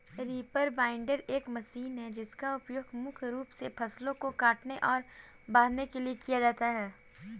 reaper binder एक machine है जिसका उपयोग मुख्य रूप से फसलों को काटने और बांधने के लिए किया जाता है